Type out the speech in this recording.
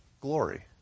Glory